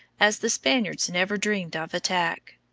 as the spaniards never dreamed of attack.